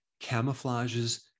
camouflages